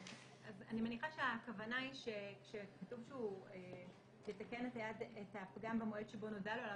אני מניחה שהכוונה היא שכתוב שהוא יתקן את הפגם במועד שבו נודע לו עליו,